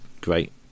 great